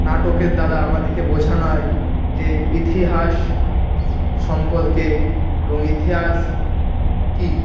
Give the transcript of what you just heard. নাটকের দ্বারা আমাদেরকে বোঝানো হয় যে ইতিহাস সম্পর্কে এবং ইতিহাস কী